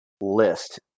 list